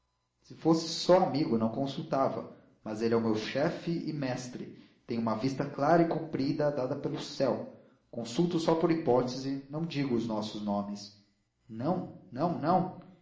se fosse só amigo não consultava mas ele é o meu chefe e mestre tem uma vista clara e comprida dada pelo céu consulto só por hipótese não digo os nossos nomes não não não